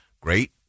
great